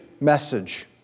message